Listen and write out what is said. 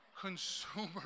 consumer